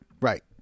Right